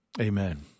Amen